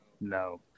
no